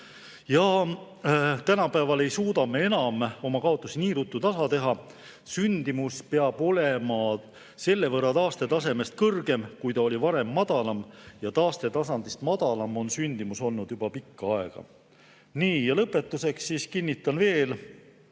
Tänapäeval ei suuda me enam oma kaotust nii ruttu tasa teha. Sündimus peab olema selle võrra taastetasemest kõrgem, kui ta oli varem madalam, ja taastetasemest madalam on sündimus olnud juba pikka aega. Lõpetuseks kinnitan veel